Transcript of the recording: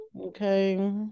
okay